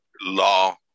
law